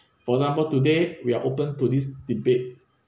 for example today we are open to this debate